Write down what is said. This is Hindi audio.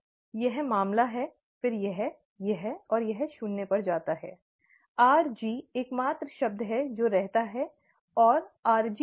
यह मामला है फिर यह यह और यह शून्य पर जाता है rg एकमात्र शब्द है जो रहता है और rg dmdt